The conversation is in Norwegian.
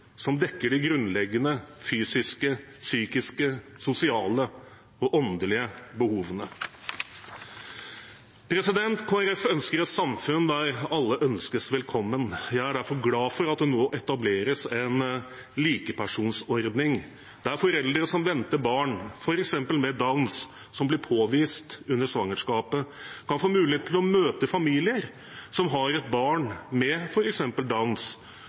som dekker de grunnleggende fysiske, psykiske, sosiale og åndelige behovene. Kristelig Folkeparti ønsker et samfunn der alle ønskes velkommen. Jeg er derfor glad for at det nå etableres en likepersonsordning, der foreldre som venter barn, f.eks. med Downs som blir påvist under svangerskapet, kan få mulighet til å møte familier som har et barn med